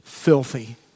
Filthy